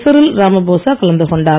Cyril Ramaphosa கலந்து கொண்டார்